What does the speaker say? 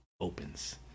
opens